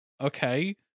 Okay